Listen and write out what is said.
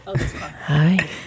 Hi